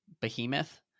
behemoth